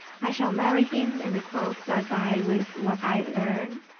i shall marry him in the clothes i buy with what i earn.